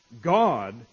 God